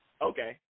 Okay